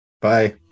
Bye